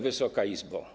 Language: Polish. Wysoka Izbo!